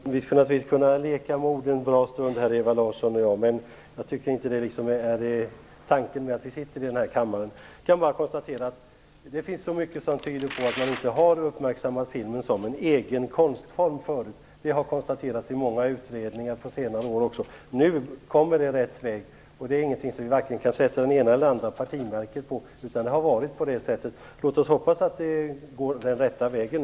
Herr talman! Visst skulle vi kunna leka med ord en bra stund Ewa Larsson och jag. Men jag tycker inte att det är skälet till att vi sitter i den här kammaren. Jag kan bara konstatera att det finns mycket som tyder på att man inte har uppmärksammat filmen som en egen konstform. Det har konstaterats i många utredningar även under senare år. Nu är vi på rätt väg och det är ingenting som vi kan sätta vare sig det ena eller det andra partimärket på. Det har varit på det här sättet. Låt oss hoppas att det nu går den rätta vägen.